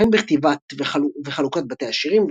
הן בכתיבת וחלוקת בתי השירים,